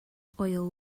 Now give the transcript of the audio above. oil